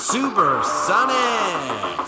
Supersonic